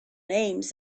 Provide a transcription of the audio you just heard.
names